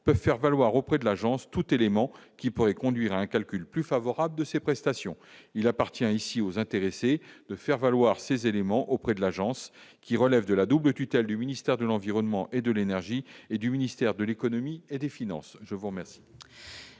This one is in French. peut faire valoir auprès de l'agence tout élément qui pourrait conduire à un calcul plus favorable de ses prestations, il appartient ici aux intéressés de faire valoir ces éléments auprès de l'agence, qui relève de la double tutelle du ministère de l'environnement et de l'énergie et du ministère de l'Économie et des Finances, je vous remercie.